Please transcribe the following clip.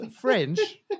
French